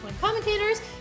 commentators